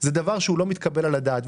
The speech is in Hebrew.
זה דבר שהוא לא מתקבל על הדעת.